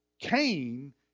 Cain